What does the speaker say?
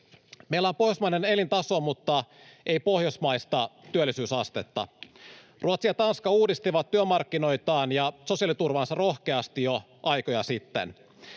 Meillä on pohjoismainen elintaso mutta ei pohjoismaista työllisyysastetta. Ruotsi ja Tanska uudistivat työmarkkinoitaan ja sosiaaliturvaansa rohkeasti jo aikoja sitten.